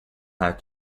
had